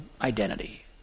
identity